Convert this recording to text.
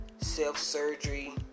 self-surgery